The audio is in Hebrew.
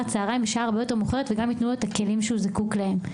הצהריים בשעה הרבה יותר מאוחרת וגם יתנו לו את הכלים שהוא זקוק להם.